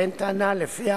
על כן,